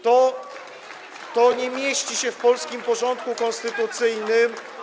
To nie mieści się w polskim porządku konstytucyjnym.